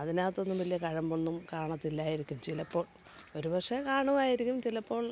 അതിനകത്തൊന്നും വലിയ കഴമ്പൊന്നും കാണത്തില്ലായിരിക്കും ചിലപ്പോൾ ഒരു പക്ഷേ കാണുമായിരിക്കും ചിലപ്പോൾ